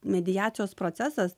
mediacijos procesas